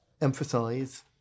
emphasize